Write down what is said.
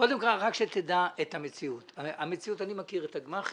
קודם כל רק שתדע את המציאות אני מכיר את הגמ"חים,